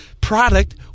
product